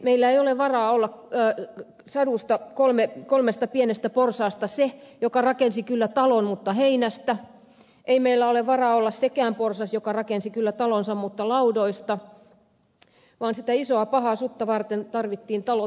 meillä ei ole varaa olla sadun kolmesta pienestä porsaasta se joka rakensi kyllä talon mutta heinästä ei meillä ole varaa olla sekään porsas joka rakensi kyllä talonsa mutta laudoista vaan sitä isoa pahaa sutta varten tarvittiin talo tiilistä